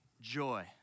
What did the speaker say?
joy